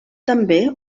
també